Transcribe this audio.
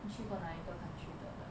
你去过哪一个 country 的了